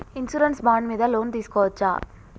Insurance bond మీద loan తీస్కొవచ్చా?